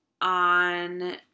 on